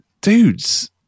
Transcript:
dudes